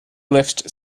lift